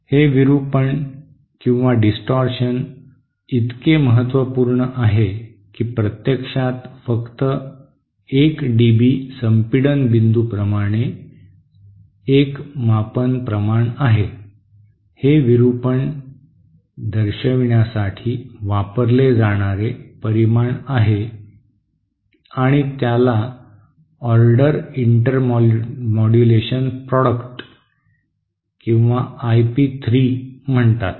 हे विरूपण इतके महत्त्वपूर्ण आहे की प्रत्यक्षात फक्त 1 डीबी संपीडन बिंदूप्रमाणेच एक मापन प्रमाण आहे हे विरूपण दर्शविण्यासाठी वापरले जाणारे परिमाण आहे आणि त्याला ऑर्डर इंटरमोड्यूलेशन प्रॉडक्ट किंवा आय पी 3 म्हणतात